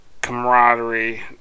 camaraderie